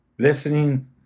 Listening